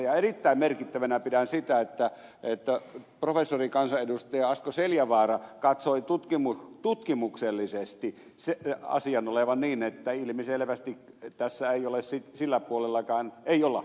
ja erittäin merkittävänä pidän sitä että professorikansanedustaja asko seljavaara katsoi tutkimuksellisesti asian olevan niin että ilmiselvästi tässä ei olla sillä puolellakaan heikoilla